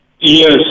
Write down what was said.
Yes